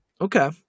Okay